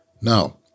Now